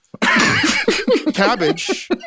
cabbage